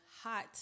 hot